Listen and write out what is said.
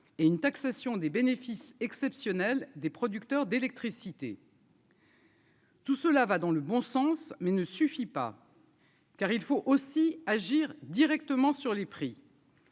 et une taxation des bénéfices exceptionnels des producteurs d'électricité. Tout cela va dans le bon sens mais ne suffit pas. Car il faut aussi agir directement sur les prix.